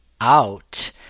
out